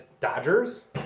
Dodgers